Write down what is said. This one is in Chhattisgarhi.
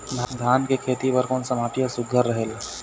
धान के खेती बर कोन सा माटी हर सुघ्घर रहेल?